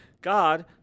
God